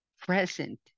present